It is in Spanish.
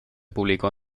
publicó